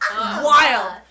wild